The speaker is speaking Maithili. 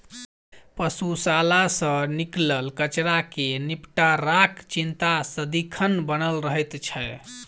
पशुशाला सॅ निकलल कचड़ा के निपटाराक चिंता सदिखन बनल रहैत छै